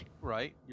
Right